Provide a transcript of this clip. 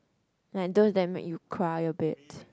like those that make you cry a bit